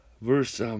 Verse